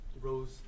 rose